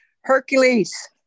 Hercules